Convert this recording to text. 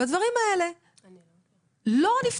והדברים האלה לא נפתרו.